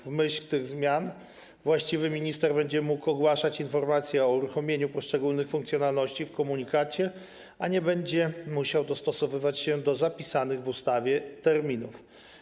W myśl tych zmian właściwy minister będzie mógł ogłaszać informacje o uruchomieniu poszczególnych funkcjonalności w komunikacie i nie będzie musiał dostosowywać się do zapisanych w ustawie terminów.